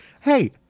hey